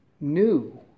New